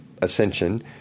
ascension